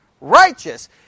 Righteous